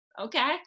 okay